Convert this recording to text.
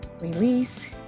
release